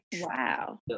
Wow